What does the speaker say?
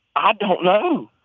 i don't know.